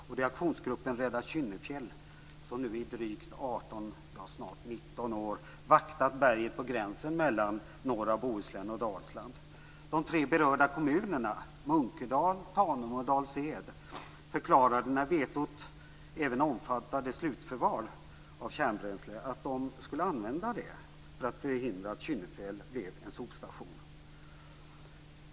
Det är aktionsgruppen Rädda Kynnefjäll som i snart 19 år har vaktat berget på gränsen mellan norra - Munkedal, Tanum och Dals-Ed - förklarade när vetot även omfattade slutförvar av kärnbränsle att de skulle använda det för att förhindra att Kynnefjäll blev en sopstation.